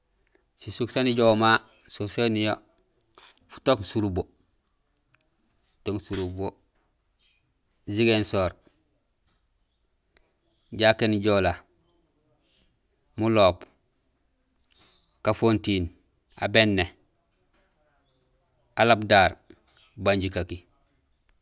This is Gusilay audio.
Sisuk saan ijoow ma sisuk soni futook surubo: Ziguinchor, Diakéén Joola, Mlomp, Kafountine, Abéné, Albadar, Bandjikaky.